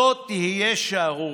זאת תהיה שערורייה.